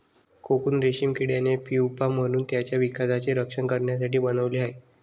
cocoon रेशीम किड्याने pupa म्हणून त्याच्या विकासाचे रक्षण करण्यासाठी बनवले आहे